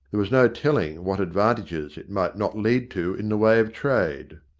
there was no telling what advantages it might not lead to in the way of trade.